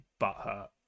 butthurt